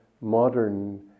modern